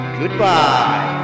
goodbye